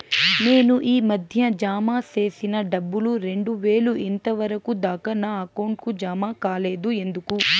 నేను ఈ మధ్య జామ సేసిన డబ్బులు రెండు వేలు ఇంతవరకు దాకా నా అకౌంట్ కు జామ కాలేదు ఎందుకు?